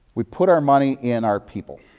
we put our money in our people